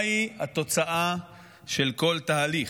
מהי התוצאה של כל תהליך?